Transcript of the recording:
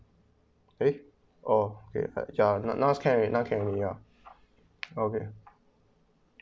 eh orh okay ya not carry not carrying it out okay